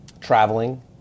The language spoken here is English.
traveling